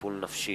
טיפול נפשי),